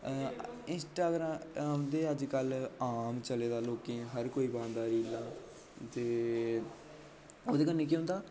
Instagram ते अज्जकल आम चलेदा लोकें हर कोई पांदा रीलां ते ओह्दे कन्नै केह् होंदा